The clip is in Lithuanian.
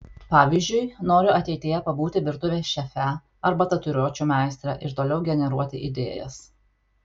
pavyzdžiui noriu ateityje pabūti virtuvės šefe arba tatuiruočių meistre ir toliau generuoti idėjas